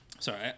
Sorry